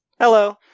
Hello